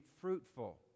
fruitful